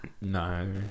No